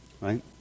right